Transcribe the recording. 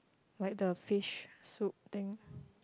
like that the fish food thing